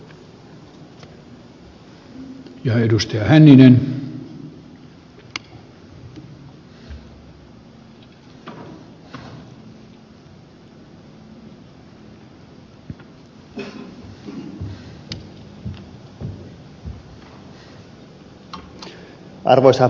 arvoisa herra puhemies